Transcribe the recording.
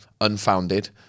unfounded